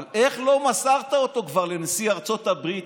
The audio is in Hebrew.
אבל איך לא מסרת אותו כבר לנשיא ארצות הברית,